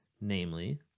namely